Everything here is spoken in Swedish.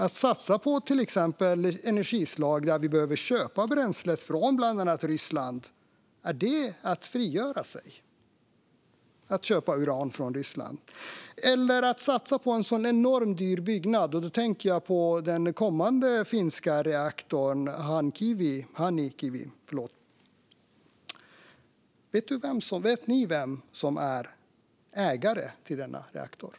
Det handlar exempelvis om att satsa på energislag där vi behöver köpa bränslet från bland annat Ryssland. Är det att frigöra sig att köpa uran från Ryssland? Det handlar också om att man satsar på en enormt dyr byggnad. Då tänker jag den kommande finska reaktorn Hanhikivi 1. Vet ni vem som är ägare till denna reaktor?